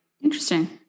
Interesting